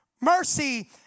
Mercy